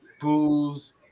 Booze